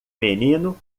menino